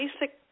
basic